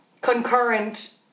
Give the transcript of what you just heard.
concurrent